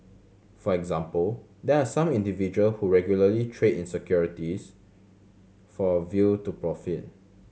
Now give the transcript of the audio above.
for example there are some individual who regularly trade in securities for a view to profit